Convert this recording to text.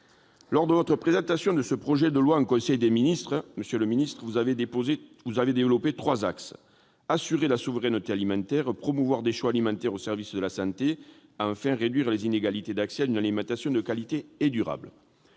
lors de la présentation de ce projet de loi en conseil des ministres, vous avez développé trois axes : assurer la souveraineté alimentaire ; promouvoir des choix alimentaires au service de la santé ; réduire les inégalités d'accès à une alimentation de qualité et durable.